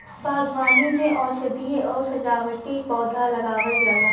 बागवानी में औषधीय आउर सजावटी पौधा लगावल जाला